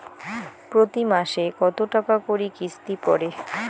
প্রতি মাসে কতো টাকা করি কিস্তি পরে?